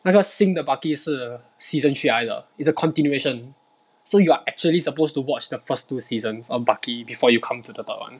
那个新的 bucky 是 season three 来的 is a continuation so you are actually supposed to watch the first two seasons of bucky before you come to the top one